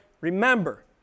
remember